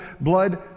blood